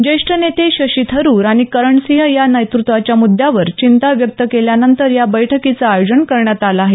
जेष्ठ नेते शशी थरूर आणि करण सिंग यांनी नेतृत्वाच्या मुद्द्यावर चिंता व्यक्त केल्यानंतर या बैठकीचं आयोजन करण्यात आलं आहे